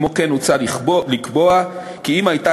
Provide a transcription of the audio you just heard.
כמו כן מוצע לקבוע כי אם הייתה